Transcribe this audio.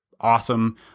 awesome